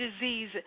disease